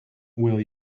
will